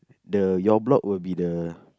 the your block will be the